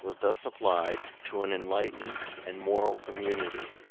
was thus applied to an enlightened and moral community.